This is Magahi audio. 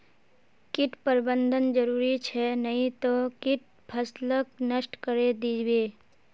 कीट प्रबंधन जरूरी छ नई त कीट फसलक नष्ट करे दीबे